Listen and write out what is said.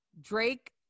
Drake